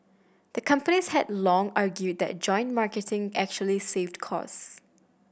the companies had long argued that joint marketing actually saved costs